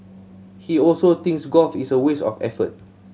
he also thinks golf is a waste of effort